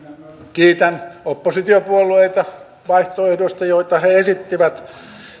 kiitän oppositiopuolueita vaihtoehdoista joita he esittivät